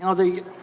and the